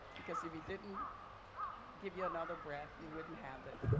because if he didn't give you another breath you wouldn't have it.